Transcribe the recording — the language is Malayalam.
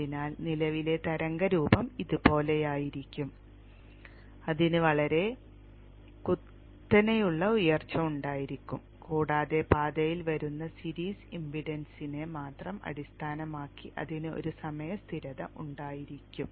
അതിനാൽ നിലവിലെ തരംഗ രൂപം ഇതുപോലെയായിരിക്കും അതിന് വളരെ കുത്തനെയുള്ള ഉയർച്ച ഉണ്ടായിരിക്കും കൂടാതെ പാതയിൽ വരുന്ന സീരീസ് ഇംപെഡൻസിനെ മാത്രം അടിസ്ഥാനമാക്കി അതിന് ഒരു സമയ സ്ഥിരത ഉണ്ടായിരിക്കും